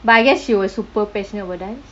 but I guess she was super passionate about dance